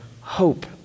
hope